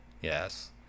Yes